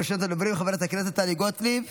ראשונת הדוברים, חברת הכנסת טלי גוטליב,